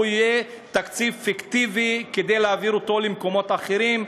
או שיהיה תקציב פיקטיבי כדי להעביר אותו למקומות אחרים,